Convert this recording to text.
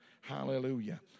Hallelujah